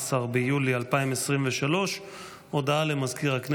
17 20 ביולי 2023 / 34 חוברת ל"ד